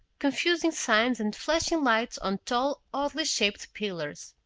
confusing signs and flashing lights on tall oddly shaped pillars.